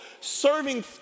Serving